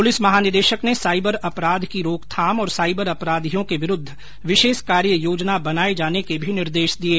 police महानिदेशक ने cyber अपराध की रोकथाम और साइबर अपराधियों के विरूद्व विशेष कार्य योजना बनाए जाने के भी निर्देश दिये